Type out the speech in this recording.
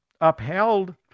upheld